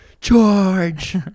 George